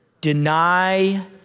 deny